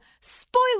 spoiler